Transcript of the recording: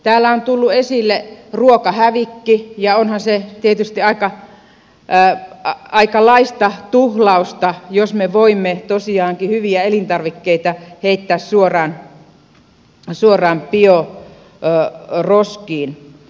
täällä on tullut esille ruokahävikki ja onhan se tietysti aikalaista tuhlausta jos me voimme tosiaankin hyviä elintarvikkeita heittää suoraan bioroskiin